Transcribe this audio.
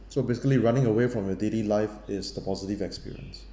so basically running away from your daily life is the positive experience